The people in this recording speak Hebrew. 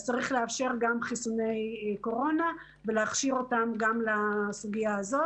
אז צריך לאפשר חיסוני קורונה ולהכשיר אותם גם לסוגיה הזאת.